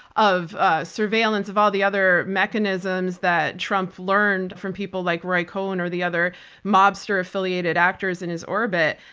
of a surveillance of all the other mechanisms that trump learned from people like roy cohn or the other mobster affiliated actors in his orbit,